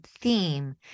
theme